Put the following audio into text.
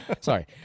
Sorry